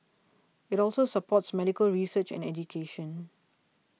it also supports medical research and education